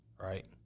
right